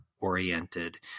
oriented